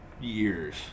years